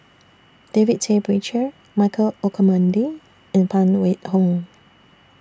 David Tay Poey Cher Michael Olcomendy and Phan Wait Hong